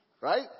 Right